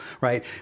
Right